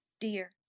dear